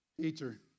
Teacher